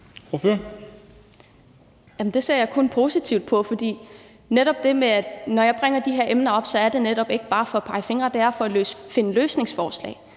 Det ser jeg kun positivt på, for når jeg bringer de her emner op, er det netop ikke bare for at pege fingre, men det er for at finde løsningsforslag.